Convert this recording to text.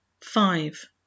Five